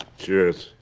cheers.